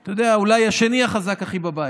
אתה יודע, אולי השני הכי חזק בבית.